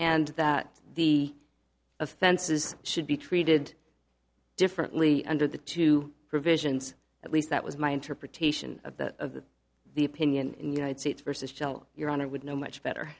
and that the offenses should be treated differently under the two provisions at least that was my interpretation of the of the opinion in the united states versus jail your honor would know much better